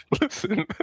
listen